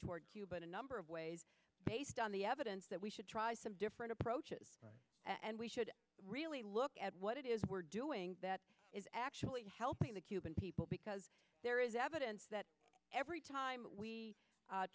toward cuba in a number of ways based on the evidence that we should try some different approaches and we should really look at what it is we're doing that is actually helping the cuban people because there is evidence that every time we